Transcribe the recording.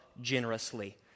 generously